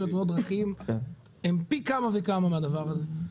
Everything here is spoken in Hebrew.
על תאונות דרכים הם פי כמה וכמה מהדבר הזה,